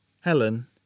Helen